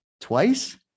twice